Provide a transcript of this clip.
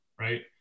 right